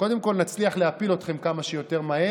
קודם כול נצליח להפיל אתכם כמה שיותר מהר,